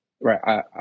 right